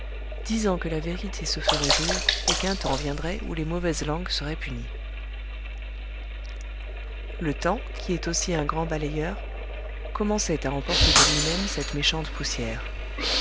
disant que la vérité se ferait jour et qu'un temps viendrait où les mauvaises langues seraient punies le temps qui est aussi un grand balayeur commençait à emporter de lui-même cette méchante poussière